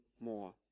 more